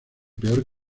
peor